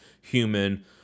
human